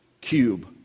cube